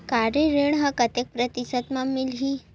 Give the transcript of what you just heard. गाड़ी ऋण ह कतेक प्रतिशत म मिलही?